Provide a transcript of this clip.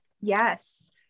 Yes